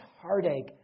heartache